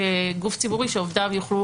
כגוף ציבורי שעובדיו יוכלו